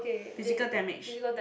physical damage